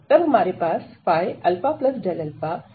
तब हमारे पास α है